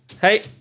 Hey